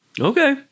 okay